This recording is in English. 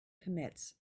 commits